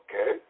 Okay